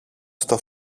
στο